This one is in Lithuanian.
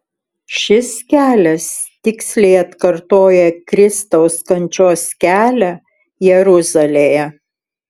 šis kelias tiksliai atkartoja kristaus kančios kelią jeruzalėje